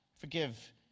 forgive